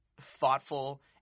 thoughtful